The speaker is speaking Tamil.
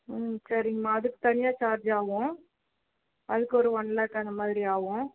ம் சரிங்கமா அதுக்கு தனியாக சார்ஜ் ஆகும் அதுக்கு ஒரு ஒன் லேக் அந்தமாதிரி ஆகும்